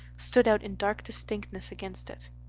stood out in dark distinctness against it.